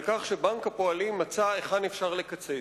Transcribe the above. כך שבנק הפועלים מצא היכן אפשר לקצץ,